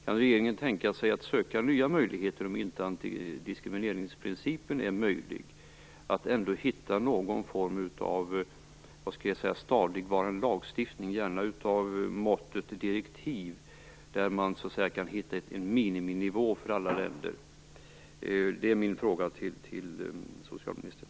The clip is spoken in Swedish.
Kan regeringen tänka sig att söka nya möjligheter om inte antidiskrimineringsprincipen är möjlig för att ändå hitta någon form av stadigvarande lagstiftning, gärna i form av ett direktiv, där man kan hitta en miniminivå för alla länder?